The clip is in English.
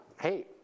hey